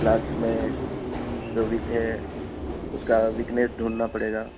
class میں جو weak ہے اس کا ویکنیس ڈھونڈنا پڑے گا